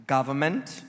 Government